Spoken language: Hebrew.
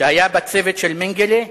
שהיה בצוות של מנגלה.